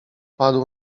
padł